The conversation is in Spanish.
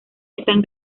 están